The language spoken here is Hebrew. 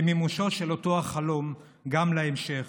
כמימושו של אותו החלום גם להמשך.